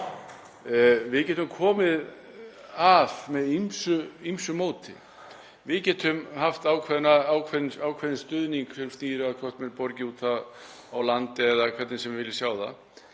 Við getum komið að með ýmsu móti, við getum haft ákveðinn stuðning sem felst í því að menn borgi út á land eða hvernig sem við viljum sjá það,